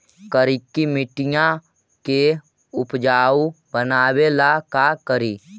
करिकी मिट्टियां के उपजाऊ बनावे ला का करी?